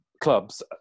clubs